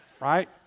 Right